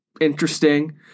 interesting